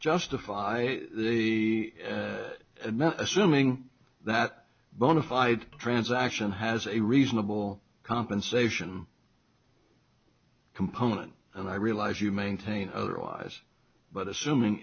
justify the assuming that bona fide transaction has a reasonable compensation component and i realize you maintain otherwise but assuming